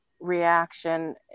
reaction